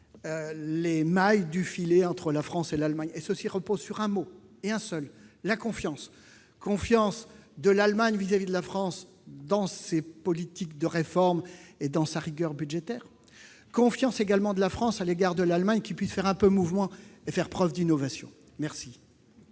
les mailles du filet entre la France et l'Allemagne. Cela repose sur un mot et un seul : la confiance, confiance de l'Allemagne vis-à-vis de la France dans ses politiques de réforme et dans sa rigueur budgétaire, confiance également de la France à l'égard de l'Allemagne, qui puisse un peu faire preuve de mouvement et d'innovation. Nous